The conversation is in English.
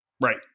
right